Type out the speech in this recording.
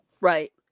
Right